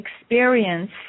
experience